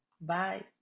Bye